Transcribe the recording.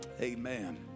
Amen